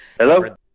Hello